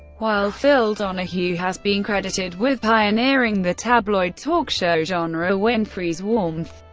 while phil donahue has been credited with pioneering the tabloid talk show genre, winfrey's warmth,